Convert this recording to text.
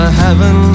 heaven